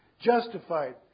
Justified